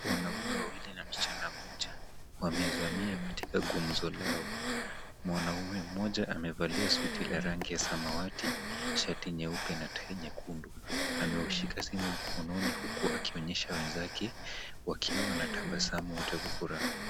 Wanaume wawili na msichana mmoja, wamezamia katika gumzo lao. Mwanaume mmoja amevalia suti la rangi ya samawati, shati nyeupe na tai nyekundu. Ameushika simu mkononi huku akionyesha wenzake wakiwa wanatabasamu wote kwa furaha.